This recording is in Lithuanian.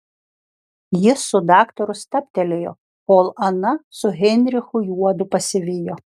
jis su daktaru stabtelėjo kol ana su heinrichu juodu pasivijo